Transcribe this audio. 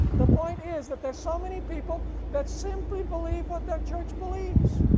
the point is that there's so many people that simply believe what their church believes.